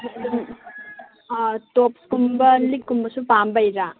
ꯑꯥ ꯇꯣꯞꯁ ꯀꯨꯝꯕ ꯂꯤꯛ ꯀꯨꯝꯕꯁꯨ ꯄꯥꯝꯕꯩꯔꯥ